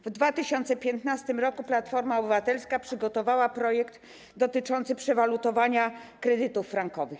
W 2015 r. Platforma Obywatelska przygotowała projekt dotyczący przewalutowania kredytów frankowych.